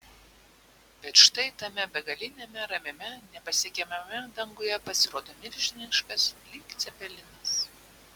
bet štai tame begaliniame ramiame nepasiekiamame danguje pasirodo milžiniškas lyg cepelinas